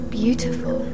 beautiful